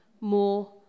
more